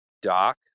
Doc